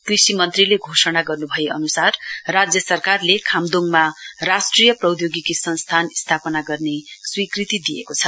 कृषि मन्त्रीले घोघोषणा गर्नु भए अनुसार राज्य सरकारले खाम्दोडमा राष्ट्रिय प्रौधोगिकी संस्थान स्थापना गर्ने स्वीकृत दिएको छ